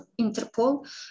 Interpol